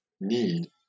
need